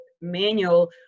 manual